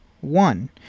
one